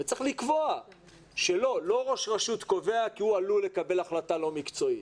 צריך לקבוע שלא ראש רשות קובע כי הוא עלול לקבל החלטה לא מקצועית,